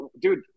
dude